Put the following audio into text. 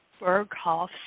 Berghoff